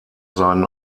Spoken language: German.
seinen